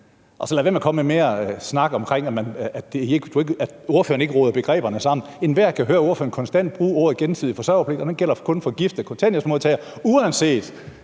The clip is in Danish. så være med at komme med mere snak om, at ordføreren ikke roder begreberne sammen. Enhver kan høre ordføreren konstant bruge ordet gensidig forsørgerpligt, og den gælder kun for gifte kontanthjælpsmodtagere, uanset